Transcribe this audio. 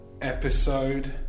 episode